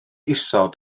isod